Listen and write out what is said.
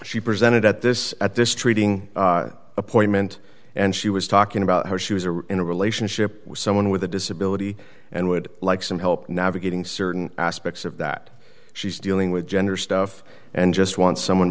she presented at this at this treating appointment and she was talking about how she was in a relationship with someone with a disability and would like some help navigating certain aspects of that she's dealing with gender stuff and just want someone